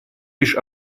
лишь